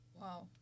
Wow